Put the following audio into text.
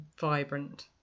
vibrant